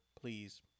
please